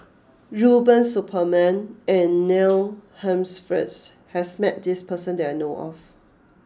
Rubiah Suparman and Neil Humphreys has met this person that I know of